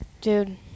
Dude